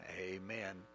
Amen